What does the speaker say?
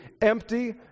empty